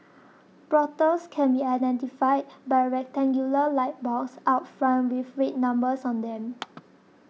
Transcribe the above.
brothels can be identified by a rectangular light box out front with red numbers on them